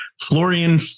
Florian